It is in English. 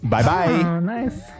Bye-bye